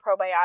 probiotics